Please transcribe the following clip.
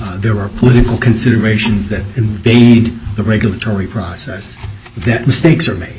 when there are political considerations that invade the regulatory process that mistakes are made